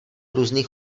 různých